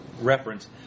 reference